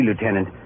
lieutenant